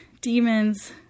demons